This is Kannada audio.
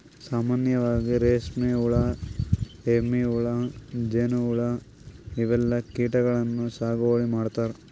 ಸಾಮಾನ್ಯವಾಗ್ ರೇಶ್ಮಿ ಹುಳಾ, ಎಮ್ಮಿ ಹುಳಾ, ಜೇನ್ಹುಳಾ ಇವೆಲ್ಲಾ ಕೀಟಗಳನ್ನ್ ಸಾಗುವಳಿ ಮಾಡ್ತಾರಾ